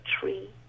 tree